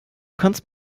kannst